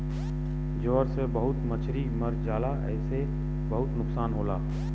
ज्वर से बहुत मछरी मर जाला जेसे बहुत नुकसान होला